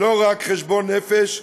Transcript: לא רק חשבון נפש,